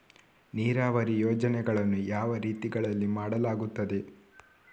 ನೀರಾವರಿ ಯೋಜನೆಗಳನ್ನು ಯಾವ ರೀತಿಗಳಲ್ಲಿ ಮಾಡಲಾಗುತ್ತದೆ?